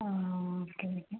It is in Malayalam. ആ ആ ഓക്കെ ഓക്കെ